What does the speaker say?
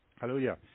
Hallelujah